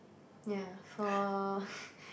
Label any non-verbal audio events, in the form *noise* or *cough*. ya for *breath*